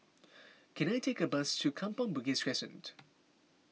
can I take a bus to Kampong Bugis Crescent